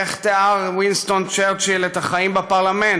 איך תיאר וינסטון צ'רצ'יל את החיים בפרלמנט?